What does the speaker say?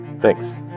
Thanks